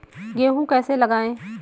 गेहूँ कैसे लगाएँ?